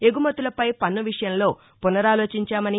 ఎగుమతులపై పన్ను విషయంలో పునరాలోచించామని